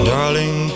Darling